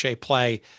play